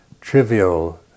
trivial